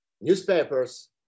newspapers